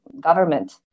government